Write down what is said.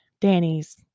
Danny's